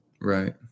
Right